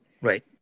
right